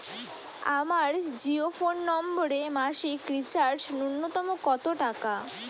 আমার জিও ফোন নম্বরে মাসিক রিচার্জ নূন্যতম কত টাকা?